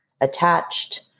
attached